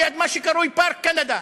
ליד מה שקרוי פארק קנדה,